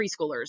preschoolers